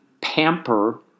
pamper